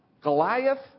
Goliath